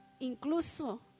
incluso